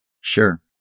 sure